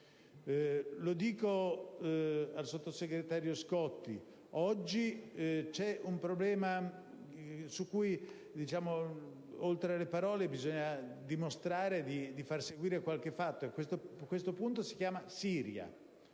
Lo dico al sottosegretario Scotti: oggi c'è un punto su cui alle parole bisogna mostrare di far seguire qualche fatto, questo punto si chiama Siria.